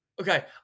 Okay